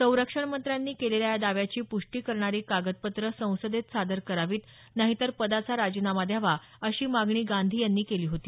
संरक्षण मंत्र्यांनी केलेल्या या दाव्याची पुष्टी करणारी कागदपत्र संसदेत सादर करावीत नाहीतर पदाचा राजीनामा द्यावा अशी मागणी गांधी यांनी केली होती